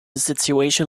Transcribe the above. situation